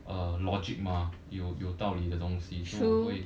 uh logic 吗有有道理的东西 so 我会